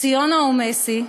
ציונה עומסי,